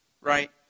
Right